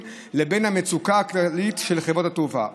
לבין המצוקה הכלכלית של חברות התעופה.